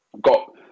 got